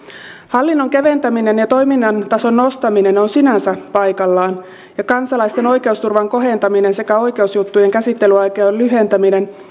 hallinnon keventäminen ja toiminnan tason nostaminen on sinänsä paikallaan ja kansalaisten oikeusturvan kohentaminen sekä oikeusjuttujen käsittelyaikojen lyhentäminen